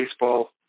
baseball